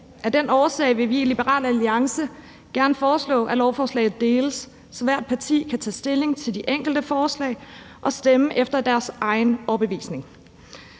af den årsag vil vi i Liberal Alliance gerne foreslå, at lovforslaget deles, så hvert parti kan tage stilling til de enkelte forslag og stemme efter deres egen overbevisning.